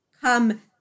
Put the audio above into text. come